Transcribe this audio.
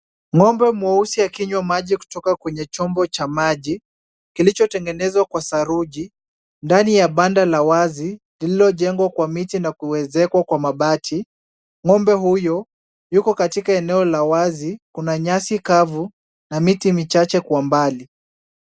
Ng'ombe mweusi akinywa maji kutoka kwenye chombo cha maji, kilichotengenezwa kwa saruji, ndani ya banda la wazi lililojengwa na miti na kuwezekwa kwa mabati. Ng'ombe huyo yuko katika eneo la wazi. Kuna nyasi kavu na miti michache kwa mbali.